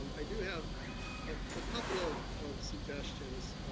um i do have a couple of of suggestions